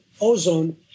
ozone